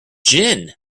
gin